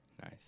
Nice